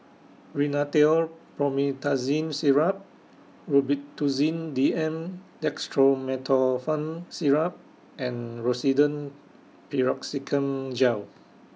Rhinathiol Promethazine Syrup Robitussin D M Dextromethorphan Syrup and Rosiden Piroxicam Gel